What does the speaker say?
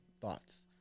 thoughts